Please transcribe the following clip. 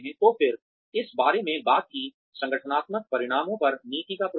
तो फिर इस बारे में बात की संगठनात्मक परिणामों पर नीति का प्रभाव